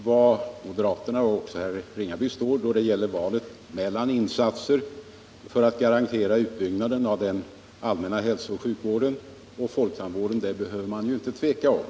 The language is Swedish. Var moderaterna, och herr Ringaby, står då det gäller insatser för att garantera utbyggnaden av den offentliga hälsooch sjukvården och folktandvården behöver man inte tvivla på.